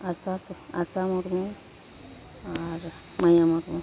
ᱟᱥᱟ ᱟᱥᱟ ᱢᱩᱨᱢᱩ ᱟᱨ ᱢᱟᱭᱟ ᱢᱩᱨᱢᱩ